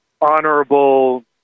honorable